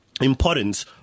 importance